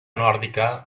nòrdica